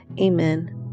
Amen